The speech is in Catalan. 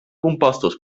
compostos